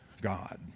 God